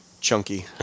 Chunky